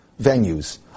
venues